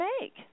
make